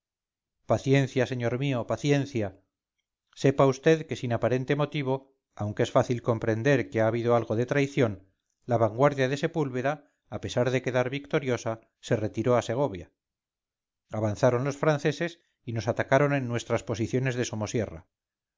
paciencia señor mío paciencia sepa usted que sin aparente motivo aunque es fácil comprender que ha habido algo de traición la vanguardia de sepúlveda a pesar de quedar victoriosa se retiró a segovia avanzaron los franceses y nos atacaron en nuestras posiciones de